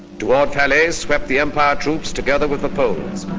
toward falaise swept the empire troops together with the poles.